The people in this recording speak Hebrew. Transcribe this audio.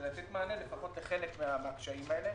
כדי לתת מענה לפחות לחלק מהכשלים האלה,